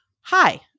hi